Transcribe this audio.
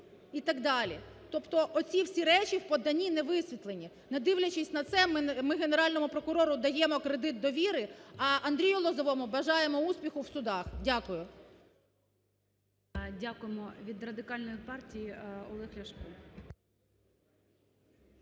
і так далі. Тобто, оці всі речі в поданні не висвітлені. Не дивлячись на це, ми Генеральному прокурору даємо кредит довіри, а Андрію Лозовому бажаємо успіху в судах. Дякую. ГОЛОВУЮЧИЙ. Дякуємо. Від Радикальної партії Олег Ляшко.